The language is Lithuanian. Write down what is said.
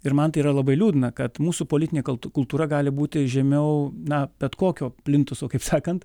ir man tai yra labai liūdna kad mūsų politinė kal kultūra gali būti žemiau na bet kokio plintuso kaip sakant